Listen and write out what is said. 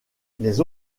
les